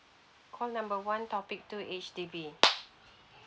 call number one topic two H_D_B